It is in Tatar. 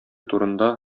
турында